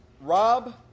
Rob